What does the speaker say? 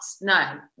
No